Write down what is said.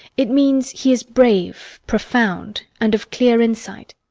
it means he is brave, profound, and of clear insight.